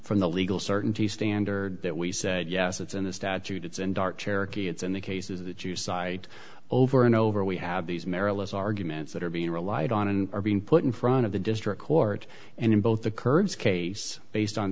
from the legal certainty standard that we said yes it's in the statute it's in dark cherokee it's in the cases that you cite over and over we have these marilyn's arguments that are being relied on and are being put in front of the district court and in both the kurds case based on